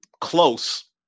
close